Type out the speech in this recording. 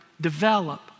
develop